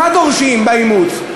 מה דורשים באימוץ?